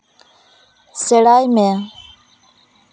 ᱥᱮᱬᱟᱭ ᱢᱮ